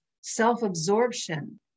self-absorption